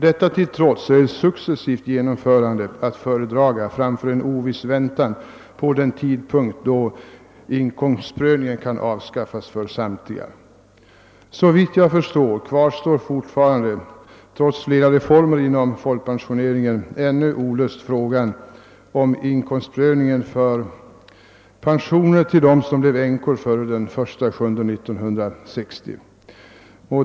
Detta till trots är ett successivt genomförande att föredraga framför en oviss väntan på den tidpunkt då inkomstprövningen kan avskaffas för samtliga.» Såvitt jag förstår kvarstår fortfarande trots flera reformer inom folkpensioneringen ännu olöst frågan om inkomstprövningen för pensioner till dem som blev änkor före den 1 juli 1960.